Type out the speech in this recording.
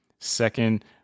second